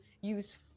use